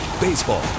Baseball